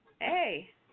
Hey